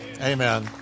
Amen